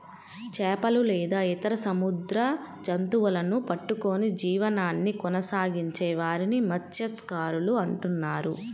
చేపలు లేదా ఇతర సముద్ర జంతువులను పట్టుకొని జీవనాన్ని కొనసాగించే వారిని మత్య్సకారులు అంటున్నారు